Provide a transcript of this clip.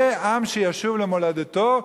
זה עם שישוב למולדתו.